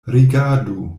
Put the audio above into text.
rigardu